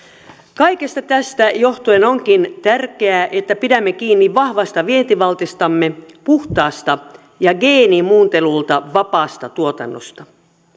kaikesta tästä johtuen onkin tärkeää että pidämme kiinni vahvasta vientivaltistamme puhtaasta ja geenimuuntelulta vapaasta tuotannosta